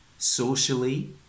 socially